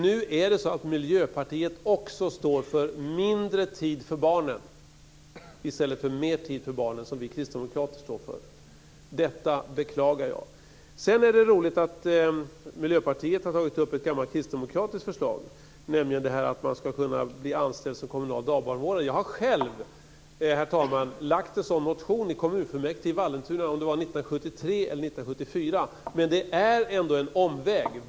Nu står även Miljöpartiet för mindre tid för barnen i stället för mer tid för barnen som vi kristdemokrater står för. Jag beklagar det. Sedan är det roligt att Miljöpartiet har tagit upp ett gammalt kristdemokratiskt förslag, nämligen att man som förälder ska kunna bli anställd som kommunal dagbarnvårdare. Jag har själv, herr talman, väckt en sådan motion i kommunfullmäktige i Vallentuna. Jag tror att det var 1973 eller 1974. Men det är ändå en omväg.